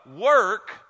work